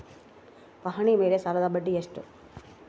ಪಹಣಿ ಮೇಲೆ ಸಾಲದ ಬಡ್ಡಿ ಎಷ್ಟು?